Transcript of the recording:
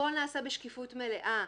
הכול נעשה בשקיפות מלאה,